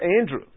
Andrew